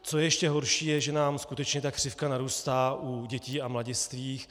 Co je ještě horší, že nám skutečně křivka narůstá u dětí a mladistvých.